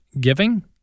giving